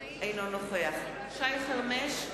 אינו נוכח שי חרמש,